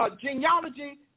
genealogy